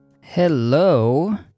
Hello